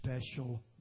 special